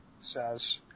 says